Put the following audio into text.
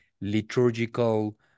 liturgical